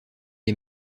les